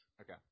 Okay